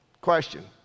Question